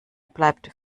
bleibt